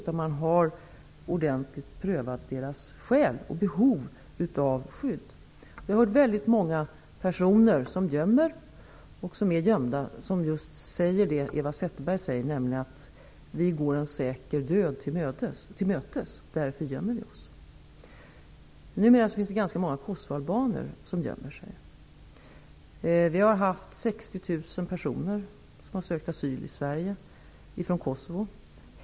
Man har ordentligt prövat deras skäl och behov av skydd. Jag har hört väldigt många personer som är gömda säga just det Eva Zetterberg säger, nämligen att de går en säker död till mötes och att de därför gömmer sig. Numera finns det ganska många kosovoalbaner som gömmer sig. 60 000 personer från Kosovo har sökt asyl i Sverige.